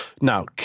Now